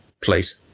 please